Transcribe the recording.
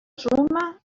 suma